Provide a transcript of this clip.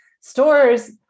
Stores